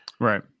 Right